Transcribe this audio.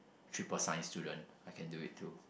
triple science student I can do it too